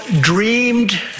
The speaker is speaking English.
dreamed